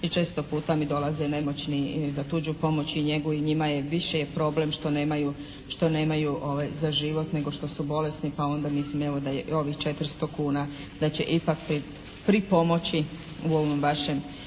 i često mi dolaze nemoćni za tuđu pomoć i njegu i njima je više problem što nemaju za život nego što su bolesni, pa onda mislim evo da je ovih 400 kuna da će ipak pripomoći u ovom vašem